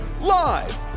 live